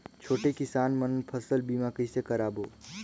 छोटे किसान मन फसल बीमा कइसे कराबो?